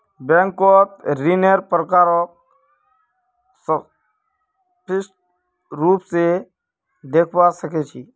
बैंकत ऋन्नेर प्रकारक स्पष्ट रूप से देखवा सके छी